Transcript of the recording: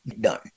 done